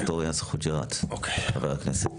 ד"ר יאסר חוג'יראת, חבר הכנסת.